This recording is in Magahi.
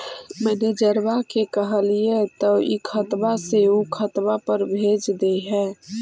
मैनेजरवा के कहलिऐ तौ ई खतवा से ऊ खातवा पर भेज देहै?